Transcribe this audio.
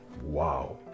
Wow